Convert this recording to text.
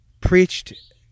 preached